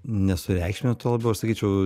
nesureikšminu to labiau aš sakyčiau